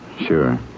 Sure